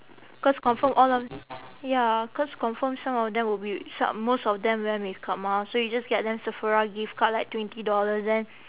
cause confirm all of ya cause confirm some of them will be some most of them wear makeup mah so you just get them sephora gift card like twenty dollars then